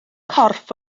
corff